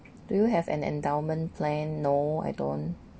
do you have an endowment plan no I don't